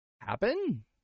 happen